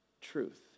truth